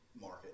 market